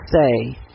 say